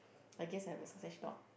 I guess I'll have a sausage dog